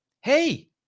hey